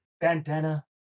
bandana